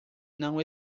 não